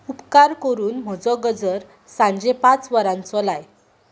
उपकार करून म्हजो गजर सांजे पांच वरांचो लाय